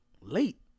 Late